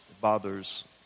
bothers